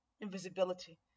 invisibility